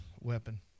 weapon